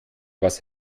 was